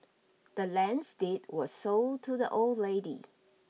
the land's deed were sold to the old lady